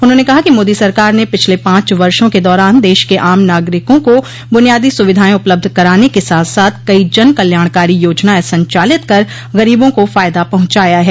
उन्होंने कहा कि मोदी सरकार ने पिछले पांच वर्षो के दौरान देश के आम नागरिकों को बुनियादी सुविधाएं उपलब्ध कराने के साथ साथ कई जन कल्याणकारी योजनाएं संचालित कर गरीबों को फायदा पहंचाया है